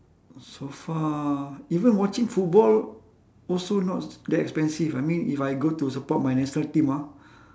so far even watching football also not that expensive I mean if I go to support my national team ah